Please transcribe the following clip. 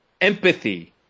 empathy